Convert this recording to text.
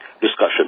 discussion